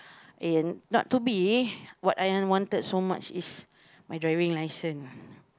eh not to be what I wanted so much is my driving license